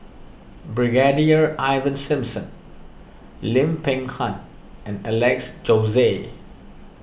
Brigadier Ivan Simson Lim Peng Han and Alex Josey